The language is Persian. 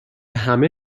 همه